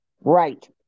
Right